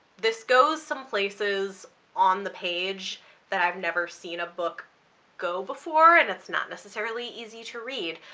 this goes some places on the page that i've never seen a book go before and it's not necessarily easy to read.